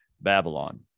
Babylon